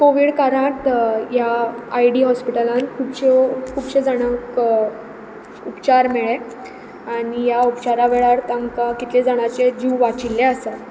COVID कारांत ह्या I D हॉस्पिटलांत खुबश्यो खुबशे जाणांक उपचार मेळ्ळे आनी ह्या उपचार वेळार तांकां कितले जाणांचे जीव वाचिल्ले आसात